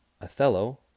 Othello